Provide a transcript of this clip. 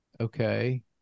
Okay